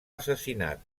assassinat